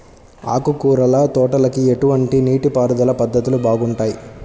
ఆకుకూరల తోటలకి ఎటువంటి నీటిపారుదల పద్ధతులు బాగుంటాయ్?